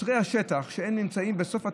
שוטרי השטח שנמצאים בסוף התהליך,